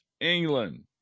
England